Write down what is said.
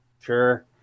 sure